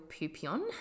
Pupion